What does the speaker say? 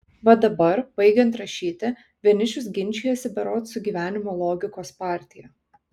va dabar baigiant rašyti vienišius ginčijasi berods su gyvenimo logikos partija